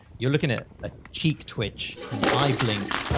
you're looking at a cheek twitch, an eye blink,